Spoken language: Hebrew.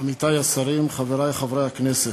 עמיתי השרים, חברי חברי הכנסת,